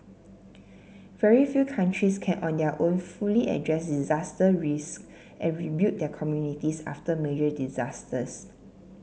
very few countries can on their own fully address disaster risk and rebuild their communities after major disasters